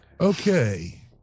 okay